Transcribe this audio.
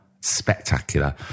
spectacular